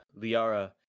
liara